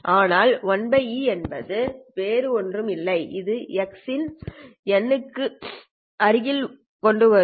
ஆனால் 1e x என்பது வேறு ஒன்றும் இல்லை இது ex ஐ எண் க்கு அருகில் கொண்டு வரவும்